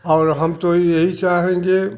और हम तो यही चाहेंगे